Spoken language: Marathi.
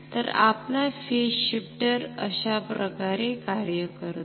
तर आपला फेज शिफ्टर अशा प्रकारे कार्य करतो